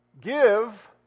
Give